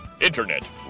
Internet